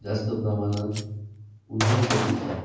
जास्त प्रमाणात उन्हाळ्याच्या दिवसात